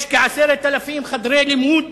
כ-10,000 חדרי לימוד